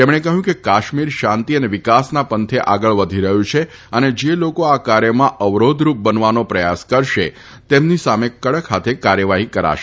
તેમણે કહ્યું કે કાશ્મીર શાંતિ અને વિકાસના પંથે આગળ વધી રહ્યું છે અને જે લોકો આ કાર્યમાં અવરોધરૂપ બનવાનો પ્રયાસ કરશે તેમની સામે કડક હાથે કાર્યવાહી કરાશે